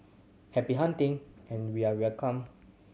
happy hunting and we are welcome